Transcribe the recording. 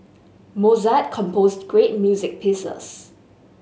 Mozart composed great music pieces